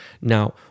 Now